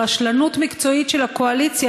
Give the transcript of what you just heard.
ברשלנות מקצועית של הקואליציה,